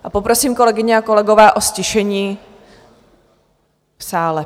A poprosím, kolegyně a kolegové, o ztišení v sále.